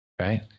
Right